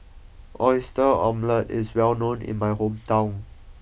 Oyster Omelette is well known in my hometown